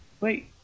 Wait